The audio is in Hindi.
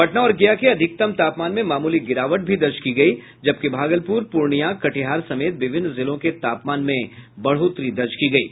पटना और गया के अधिकतम तापमान में मामूली गिरावट भी दर्ज की गयी जबकि भागलपुर पूर्णिया कटिहार समेत विभिन्न जिलों के तापमान में बढ़ोतरी दर्ज की गयी